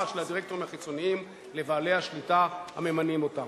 של הדירקטורים החיצוניים לבעלי השליטה הממנים אותם.